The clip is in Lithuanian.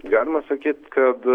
galima sakyt kad